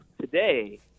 today